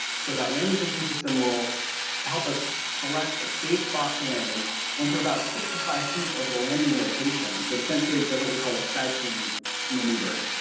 so that landing vision system will help us select a safe spot for landing once we're about sixty five feet over the landing location the descent stage does what we call the sky crane maneuver,